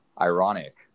ironic